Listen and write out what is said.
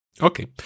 Okay